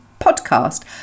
podcast